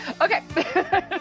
Okay